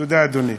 תודה, אדוני.